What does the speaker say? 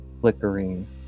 flickering